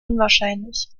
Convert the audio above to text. unwahrscheinlich